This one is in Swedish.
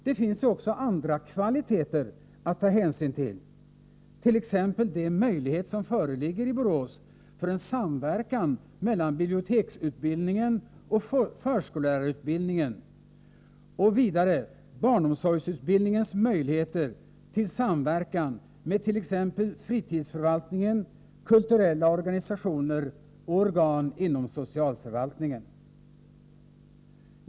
Det finns ju också andra kvaliteter att ta hänsyn till, t.ex. de möjligheter som föreligger i Borås för en samverkan mellan biblioteksutbildningen och förskollärarutbildningen och vidare barnomsorgsutbildningens möjligheter till samverkan med t.ex. fritidsförvalt ningen, kulturella organisationer och organ inom socialförvaltningen.